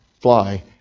fly